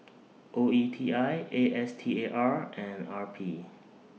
O E T I A S T A R and R P